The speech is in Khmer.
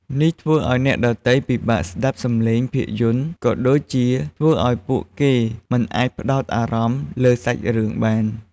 នេះធ្វើឲ្យអ្នកដទៃពិបាកស្តាប់សំឡេងភាពយន្ត ក៏ដូចជាធ្វើឲ្យពួកគេមិនអាចផ្តោតអារម្មណ៍លើសាច់រឿងបាន។